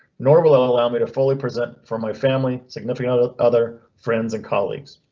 nor will and allow me to fully present for my family, significant other other friends and colleagues.